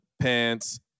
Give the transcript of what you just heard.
pants